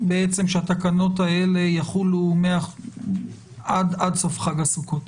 שהתקנות האלה יחולו עד סוף חג הסוכות.